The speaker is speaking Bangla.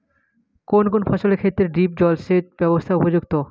কোন কোন ফসলের ক্ষেত্রে ড্রিপ জলসেচ ব্যবস্থা উপযুক্ত?